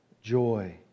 joy